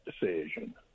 decision